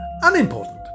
unimportant